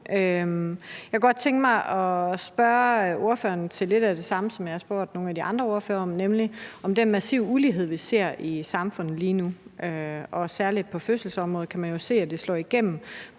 Jeg kunne godt tænke mig at spørge ordføreren om lidt af det samme, som jeg har spurgt nogle af de andre ordførere om, nemlig om den massive ulighed, vi ser i samfundet lige nu, og særlig på fødselsområdet kan man jo se, at mennesker med en